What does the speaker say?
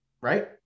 Right